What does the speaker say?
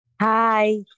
Hi